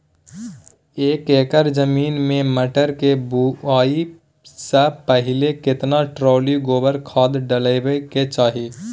एक एकर जमीन में मटर के बुआई स पहिले केतना ट्रॉली गोबर खाद डालबै के चाही?